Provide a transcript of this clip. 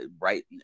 right